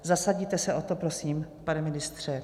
Zasadíte se o to, prosím, pane ministře?